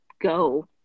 go